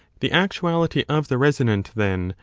the actuality of the resonant, then,